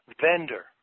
vendor